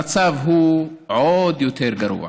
המצב הוא עוד יותר גרוע.